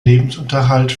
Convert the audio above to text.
lebensunterhalt